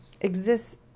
exists